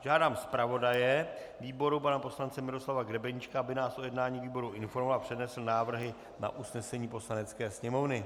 Žádám zpravodaje výboru pana poslance Miroslava Grebeníčka, aby nás o jednání výboru informoval a přednesl návrhy na usnesení Poslanecké sněmovny.